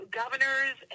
governors